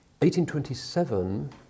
1827